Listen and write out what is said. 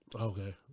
Okay